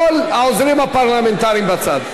כל העוזרים הפרלמנטריים בצד.